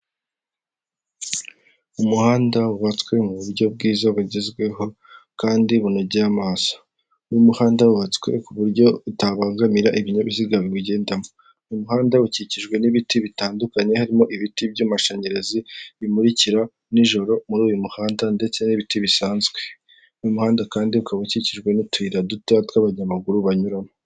Umuhanda wubatswe mu buryo bwiza bugezweho kandi bunogeye amaso. N'umuhanda wubatswe ku buryo butabangamira ibinyabiziga biwugendamo, umuhanda ukikijwe n'ibiti bitandukanye harimo ibiti by'amashanyarazi bimurikira nijoro muri uyu muhanda, ndetse n'ibiti bisanzwe. Uyu muhanda kandi ukaba ukikijwe n'utuyira duto tw'abanyamaguru banyuramo.